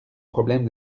problème